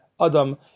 Adam